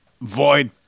void-